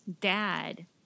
dad